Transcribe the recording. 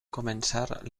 començar